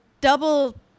double